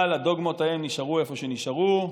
אבל הדוגמות האלה נשארו איפה שנשארו,